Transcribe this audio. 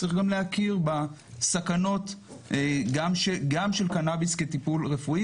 צריך גם להכיר בסכנות גם של קנאביס כטיפול רפואי,